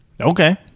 okay